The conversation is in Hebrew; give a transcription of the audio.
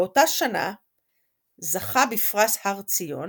באותה שנה זכה בפרס הר ציון